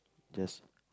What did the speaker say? just